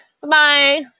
Bye-bye